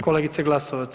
Kolegica Glasovac.